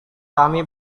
kami